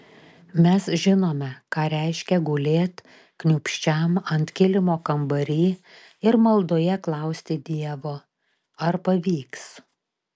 mes žinome ką reiškia gulėt kniūbsčiam ant kilimo kambary ir maldoje klausti dievo ar pavyks